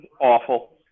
Awful